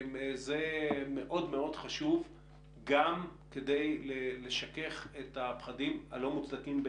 זה מאוד מאוד חשוב גם כדי לשכך את הפחדים הלא מוצדקים,